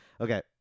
Okay